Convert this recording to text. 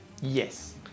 Yes